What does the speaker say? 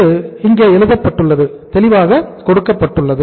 இது இங்கே எழுதப்பட்டுள்ளது தெளிவாக கொடுக்கப்பட்டுள்ளது